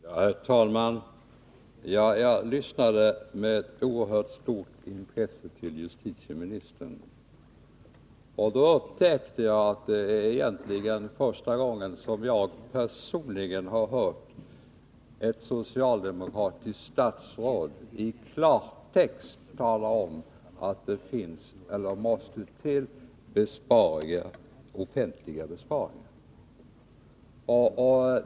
Herr talman! Jag lyssnade med oerhört stort intresse till justitieministern. Då upptäckte jag att det egentligen är första gången som jag personligen har hört ett socialdemokratiskt statsråd i klartext tala om att det måste till offentliga besparingar.